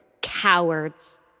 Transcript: Cowards